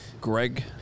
Greg